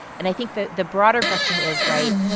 and i think the the broader question is right?